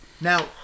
Now